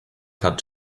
cut